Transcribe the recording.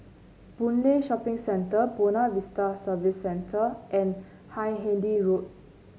Boon Lay Shopping Center Buona Vista Service Center and Hindhede Road